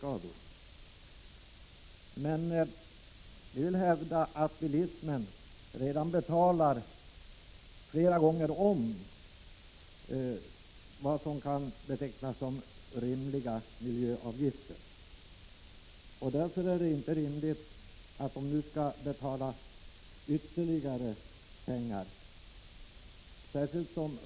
Vi hävdar emellertid att bilismen redan nu flera gånger om betalar vad som kan betecknas som skäliga miljöavgifter. Det är därför inte rimligt att bilisterna nu skall betala ännu mer.